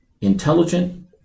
intelligent